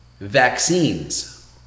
Vaccines